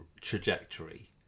trajectory